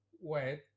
wet